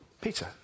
Peter